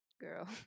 girl